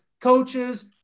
coaches